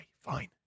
fine